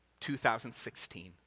2016